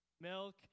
milk